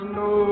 no